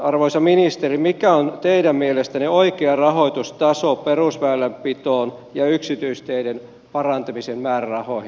arvoisa ministeri mikä on teidän mielestänne oikea rahoitustaso perusväylänpitoon ja yksityisteiden parantamisen määrärahoihin